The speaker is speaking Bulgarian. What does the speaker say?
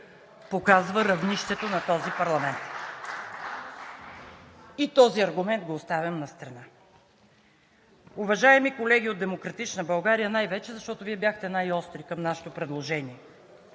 показва равнището на този парламент. И този аргумент го оставям настрана. Уважаеми колеги от „Демократична България“, най-вече защото Вие бяхте най-остри към нашето предложение,